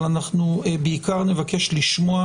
אבל אנחנו בעיקר נבקש לשמוע,